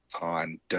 on